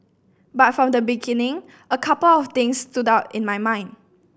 but from the beginning a couple of things stood out in my mind